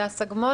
דבר ראשון,